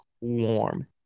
warm